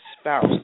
spouse